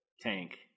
tank